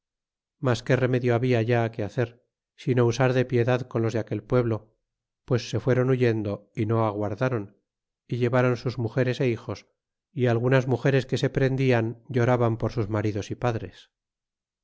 mas qué remedio habla ya que hacer sino usar de piedad con los de aquel pueblo pues se fueron huyendo y no aguardron y llevron sus mugeres é hijos y algunas mugeres que se prendian lloraban por sus maridos y padres